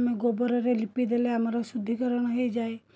ଆମେ ଗୋବରରେ ଲିପିଦେଲେ ଆମର ଶୁଦ୍ଧିକରଣ ହେଇଯାଏ